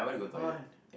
one